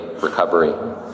recovery